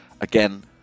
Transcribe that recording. again